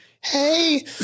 Hey